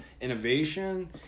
innovation